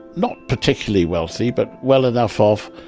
not particularly wealthy, but well enough off.